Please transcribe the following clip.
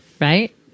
Right